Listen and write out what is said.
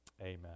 Amen